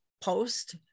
post